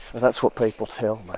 that's what people tell me